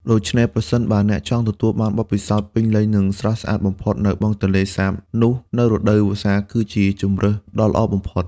ដូច្នេះ ប្រសិនបើអ្នកចង់ទទួលបានបទពិសោធន៍ពេញលេញ និងស្រស់ស្អាតបំផុតនៅបឹងទន្លេសាប នោះនៅរដូវវស្សាគឺជាជម្រើសដ៏ល្អបំផុត។